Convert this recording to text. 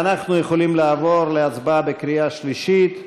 אנחנו יכולים לעבור להצבעה בקריאה שלישית.